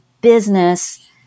business